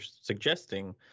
suggesting